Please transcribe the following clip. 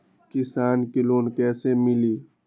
किसान के लोन कैसे मिली?